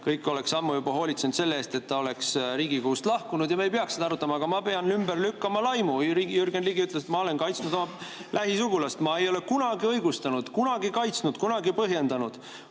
kõik oleks ammu juba hoolitsenud selle eest, et ta oleks Riigikogust lahkunud ja me ei peaks seda arutama. Aga ma pean ümber lükkama laimu. Jürgen Ligi ütles, et ma olen kaitsnud oma lähisugulast. Ma ei ole kunagi õigustanud, kunagi kaitsnud, kunagi põhjendanud